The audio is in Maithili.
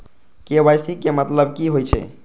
के.वाई.सी के मतलब की होई छै?